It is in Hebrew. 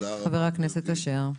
חבר הכנסת אשר.